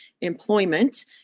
employment